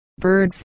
birds